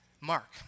Mark